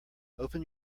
open